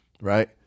Right